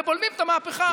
ובולמים את המהפכה.